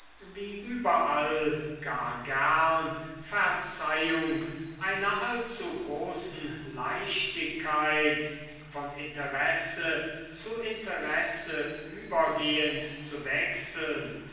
wie überall gar gern verzeihung einer allzu großen leichtigkeit von interesse zu interesse übergehend zu wechseln